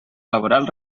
laboral